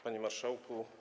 Panie Marszałku!